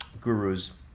gurus